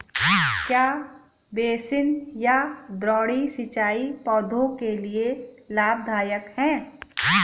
क्या बेसिन या द्रोणी सिंचाई पौधों के लिए लाभदायक है?